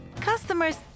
customers